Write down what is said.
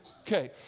Okay